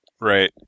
Right